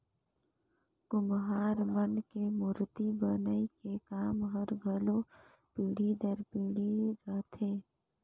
कुम्हार मन के मूरती बनई के काम हर घलो पीढ़ी दर पीढ़ी रहथे